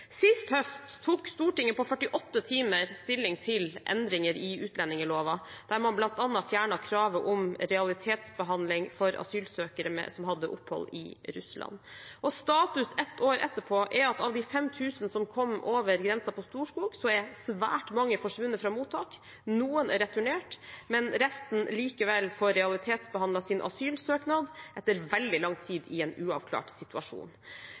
Sist høst tok Stortinget på 48 timer stilling til endringer i utlendingsloven der man bl.a. fjernet kravet om realitetsbehandling for asylsøkere som hadde opphold i Russland. Status ett år etterpå er at av de 5 000 personene som kom over grensen på Storskog, er svært mange forsvunnet fra mottak. Noen er returnert, mens resten likevel får realitetsbehandlet sin asylsøknad etter veldig lang tid i en uavklart situasjon.